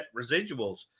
residuals